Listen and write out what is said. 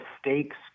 stakes